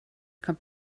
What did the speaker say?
kommt